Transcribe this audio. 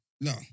no